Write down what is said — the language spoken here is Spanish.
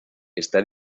está